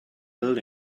built